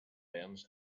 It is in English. bench